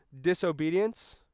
disobedience